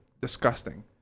disgusting